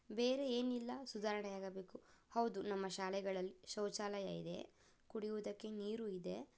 ಬೇರೆ ಏನೆಲ್ಲ ಸುಧಾರಣೆಯಾಗಬೇಕು ಹೌದು ನಮ್ಮ ಶಾಲೆಗಳಲ್ಲಿ ಶೌಚಾಲಯ ಇದೆ ಕುಡಿಯುವುದಕ್ಕೆ ನೀರೂ ಇದೆ